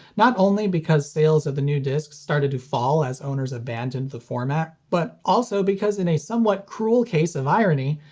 not only because sales of the new discs started to fall as owners abandoned the format, but also because in a somewhat cruel case of irony,